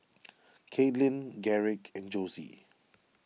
Kaitlin Garrick and Josie